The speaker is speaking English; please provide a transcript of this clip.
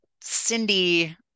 Cindy